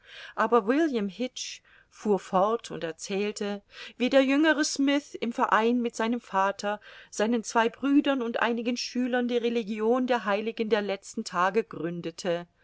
aber william hitch fuhr fort und erzählte wie der jüngere smyth im verein mit seinem vater seinen zwei brüdern und einigen schülern die religion der heiligen der letzten tage gründete